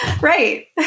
Right